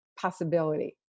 possibility